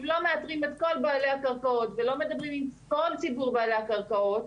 אם לא מאתרים את כל בעלי הקרקעות ולא מדברים עם כל ציבור בעלי הקרקעות,